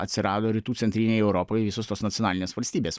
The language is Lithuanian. atsirado rytų centrinėj europoj visos tos nacionalinės valstybės